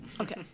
okay